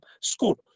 school